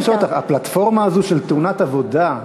הפלטפורמה הזו של תאונת עבודה,